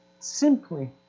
simply